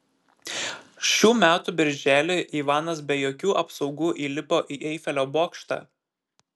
šių metų birželį ivanas be jokių apsaugų įlipo į eifelio bokštą